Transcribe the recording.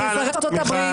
שתישרף ארצות הברית,